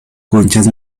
conchas